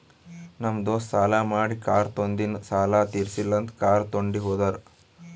ನಮ್ ದೋಸ್ತ ಸಾಲಾ ಮಾಡಿ ಕಾರ್ ತೊಂಡಿನು ಸಾಲಾ ತಿರ್ಸಿಲ್ಲ ಅಂತ್ ಕಾರ್ ತೊಂಡಿ ಹೋದುರ್